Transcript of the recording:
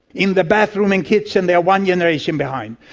in the bathroom and kitchen they are one generation behind.